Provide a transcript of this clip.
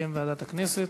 בשם ועדת הכנסת.